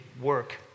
work